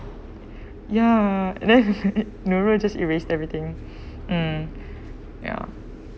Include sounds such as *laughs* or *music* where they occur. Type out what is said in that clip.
ya and then *laughs* nurul just erased everything *breath* mm ya